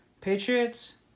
Patriots